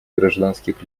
гражданских